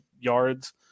yards